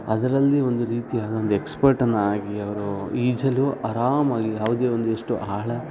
ಅದರಲ್ಲಿ ಒಂದು ರೀತಿಯಾದ ಒಂದು ಎಕ್ಸ್ಪರ್ಟನ್ನು ಆಗಿ ಅವರು ಈಜಲು ಆರಾಮಾಗಿ ಯಾವುದೇ ಒಂದು ಎಷ್ಟು ಆಳ